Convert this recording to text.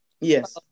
Yes